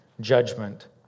judgment